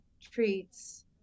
treats